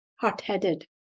hot-headed